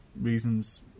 reasons